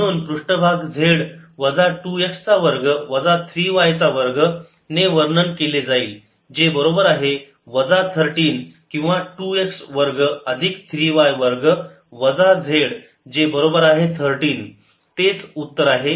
आणि म्हणून पृष्ठभाग z वजा 2 x चा वर्ग वजा 3 y चा वर्ग ने वर्णन केला जाईल जे बरोबर आहे वजा 13 किंवा 2 x वर्ग अधिक 3 y वर्ग वजा z जे बरोबर आहे 13 तेच उत्तर आहे